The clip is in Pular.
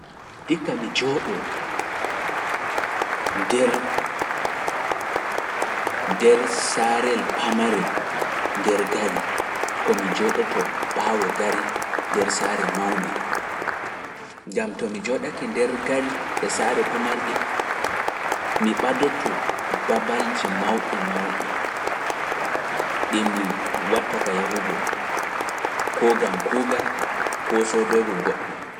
Ɗiika mi jooɗoo nder saarel pamarel nder gari, ko mi jooɗoto ɓaawo gari nder saare mawnde, jam to mi jooɗake nder gari e saare pamarde, mi ɓadoto babalji mawɗi mawɗi ɗi mi watta ka yahugo kuugal kuugal koo soodoygo goɗɗum.